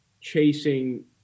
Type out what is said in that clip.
chasing